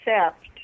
accept